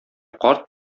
карт